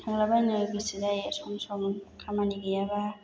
थांलाबायनो गोसो जायो सम सम खामानि गैयाबा